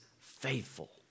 faithful